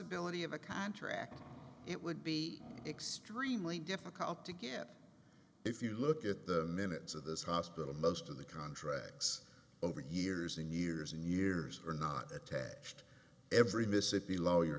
ability of a contract it would be extremely difficult to get if you look at the minutes of this hospital most of the contracts over years and years and years are not attached every mississippi lawyer